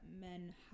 men